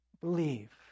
believe